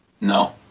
no